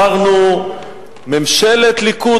בחרנו ממשלת ליכוד,